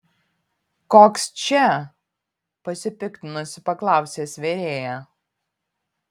koks čia pasipiktinusi paklausė svėrėja